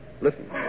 Listen